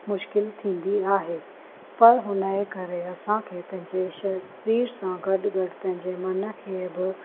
मुश्किल थींदी आहे पर हुन जे करे असांखे पंहिंजे शरीर सां गॾु गॾु पंहिंजे मन खे बि